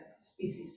species